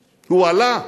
הועלה.